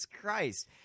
christ